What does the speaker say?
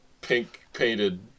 pink-painted